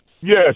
yes